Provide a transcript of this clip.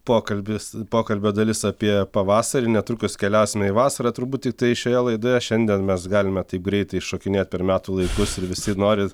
pokalbis pokalbio dalis apie pavasarį netrukus keliausime į vasarą turbūt tiktai šioje laidoje šiandien mes galime taip greitai šokinėt per metų laikus ir visi nori